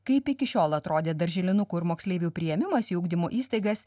kaip iki šiol atrodė darželinukų ir moksleivių priėmimas į ugdymo įstaigas